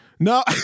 No